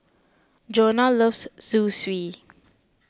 Johnna loves Zosui